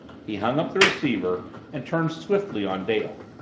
he hung up the receiver and turned swiftly on dale.